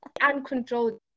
uncontrolled